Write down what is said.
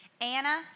Anna